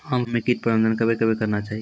आम मे कीट प्रबंधन कबे कबे करना चाहिए?